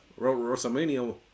WrestleMania